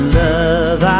love